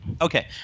Okay